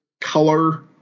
color